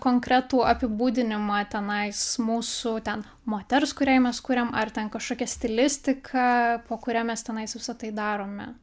konkretų apibūdinimą tenais mūsų ten moters kuriai mes kuriam ar ten kažkokia stilistika po kuria mes tenais visa tai darome